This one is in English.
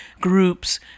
groups